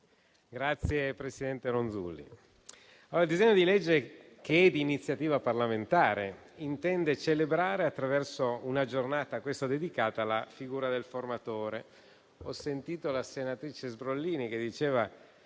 Signor Presidente, il disegno di legge di iniziativa parlamentare intende celebrare, attraverso una Giornata ad essa dedicata, la figura del formatore. Ho sentito la senatrice Sbrollini dire